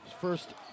First